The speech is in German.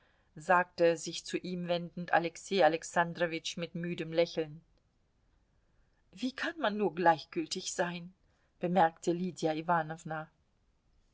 sagte sich zu ihm wendend alexei alexandrowitsch mit müdem lächeln wie kann man nur gleichgültig sein bemerkte lydia